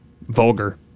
vulgar